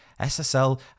SSL